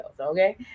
okay